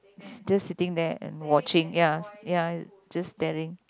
just sitting there and watching ya ya just staring